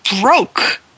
broke